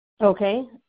Okay